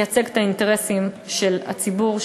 לייצג את האינטרסים של הציבור,